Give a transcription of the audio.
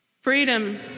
freedom